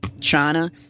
China